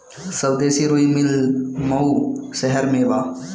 स्वदेशी रुई मिल मऊ शहर में बा